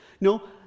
No